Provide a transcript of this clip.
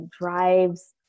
drives